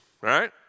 right